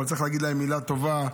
אבל צריך להגיד להם מילה טובה,